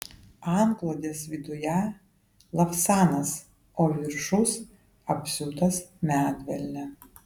antklodės viduje lavsanas o viršus apsiūtas medvilne